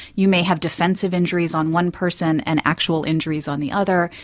you may have defensive injuries on one person and actual injuries on the other,